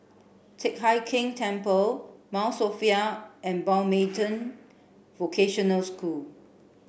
Teck Hai Keng Temple Mount Sophia and Mountbatten Vocational School